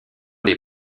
les